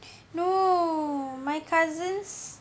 no my cousins